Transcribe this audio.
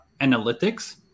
analytics